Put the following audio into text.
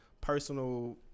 personal